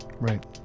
Right